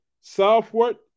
southward